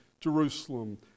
Jerusalem